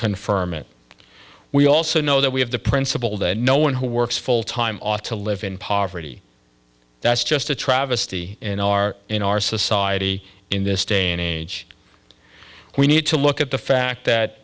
confirm it we also know that we have the principle that no one who works full time ought to live in poverty that's just a travesty in our in our society in this day and age we need to look at the fact that